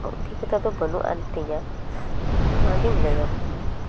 ᱚᱵᱷᱤᱜᱚᱛᱟ ᱫᱚ ᱵᱟᱹᱱᱩᱜᱼᱟᱱ ᱛᱤᱧᱟᱹ ᱚᱱᱟ ᱜᱮᱧ ᱞᱟᱹᱭᱟ